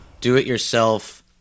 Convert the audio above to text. do-it-yourself